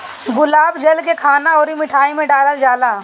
गुलाब जल के खाना अउरी मिठाई में डालल जाला